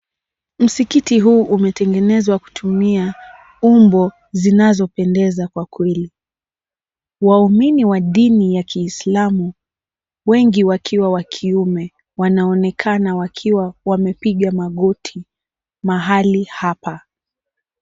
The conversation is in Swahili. Msikiti huu umetengezwa kutumia umbo zinazopendeza kwa kweli waumini wa dini ya kiislamu wengi wakiwa wa kiume wanaonekana wakiwa wamepiga magoti mahali hapa.